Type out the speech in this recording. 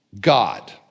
God